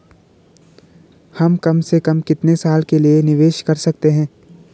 हम कम से कम कितने साल के लिए निवेश कर सकते हैं?